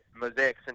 Mosaic